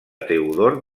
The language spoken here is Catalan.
teodor